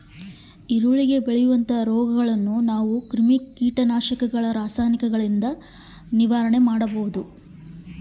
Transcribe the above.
ಈರುಳ್ಳಿಗೆ ಬೇಳುವಂತಹ ರೋಗಗಳನ್ನು ಯಾವ ರೇತಿ ನಾವು ನಿವಾರಣೆ ಮಾಡಬೇಕ್ರಿ?